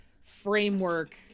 framework